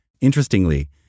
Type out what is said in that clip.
Interestingly